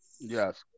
Yes